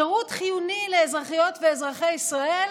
שירות חיוני לאזרחיות ואזרחי ישראל,